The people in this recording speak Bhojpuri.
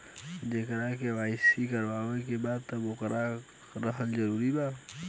जेकर के.वाइ.सी करवाएं के बा तब ओकर रहल जरूरी हे?